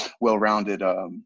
well-rounded